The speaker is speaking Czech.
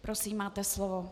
Prosím, máte slovo.